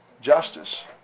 justice